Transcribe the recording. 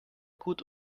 gut